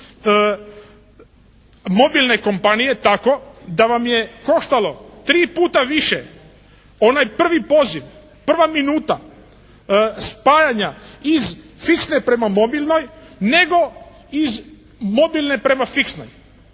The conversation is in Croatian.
godinom mobilne kompanije tako da vam je koštalo tri puta više onaj prvi poziv, prva minuta stajanja iz fiksne prema mobilnoj nego iz mobilne prema fiksnoj.